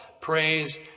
praise